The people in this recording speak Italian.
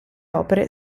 opere